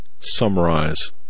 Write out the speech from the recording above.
summarize